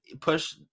push